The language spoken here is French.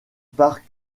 park